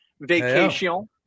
vacation